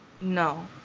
no